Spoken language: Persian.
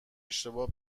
اشتباه